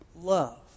love